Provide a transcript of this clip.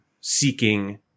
seeking